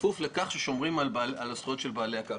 בכפוף לכך ששומרים על הזכויות של בעלי הקרקע.